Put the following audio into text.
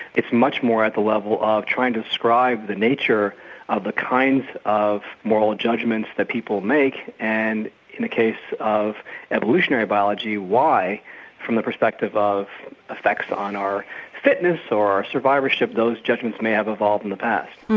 it's much more at the level of trying to describe the nature of the kinds of moral judgements that people make and in the case of evolutionary biology, why from the perspective of affects on our fitness or survivorship those judgements may have evolved in the past.